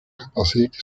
gebaseerd